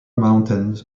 mountains